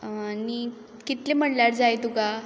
आनी कितलें म्हणल्यार जाय तुका